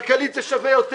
כלכלית זה שווה יותר.